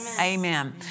Amen